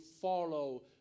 follow